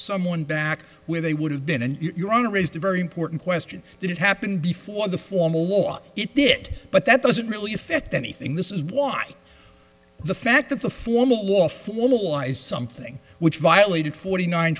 someone back when they would have been in your honor raised a very important question did it happen before the formal law it did but that doesn't really affect anything this is why the fact that the formal lawful eyes something which violated forty nine